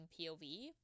POV